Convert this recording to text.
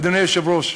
אדוני היושב-ראש,